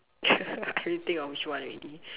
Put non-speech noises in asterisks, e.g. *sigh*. *laughs* I already think of which one already